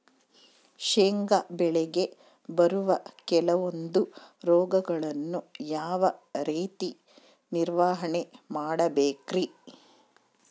ಶೇಂಗಾ ಬೆಳೆಗೆ ಬರುವ ಕೆಲವೊಂದು ರೋಗಗಳನ್ನು ಯಾವ ರೇತಿ ನಿರ್ವಹಣೆ ಮಾಡಬೇಕ್ರಿ?